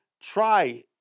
try